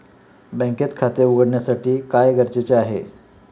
बँकेत खाते उघडण्यासाठी काय गरजेचे आहे?